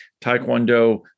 Taekwondo